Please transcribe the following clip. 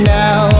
now